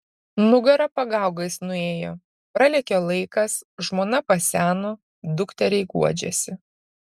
nugara pagaugais nuėjo pralėkė laikas žmona paseno dukteriai guodžiasi